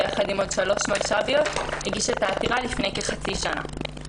ייצג אותי ביחד עם עוד שלוש מלש"ביות והגיש את העתירה לפני כחצי שנה.